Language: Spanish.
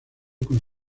con